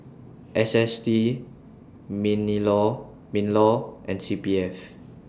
S S T minilaw MINLAW and C P F